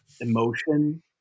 emotion